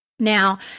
Now